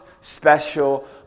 special